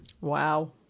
Wow